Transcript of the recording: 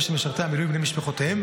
של משרתי המילואים ובני משפחותיהם.